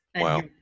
Wow